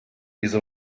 wieso